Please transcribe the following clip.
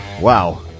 Wow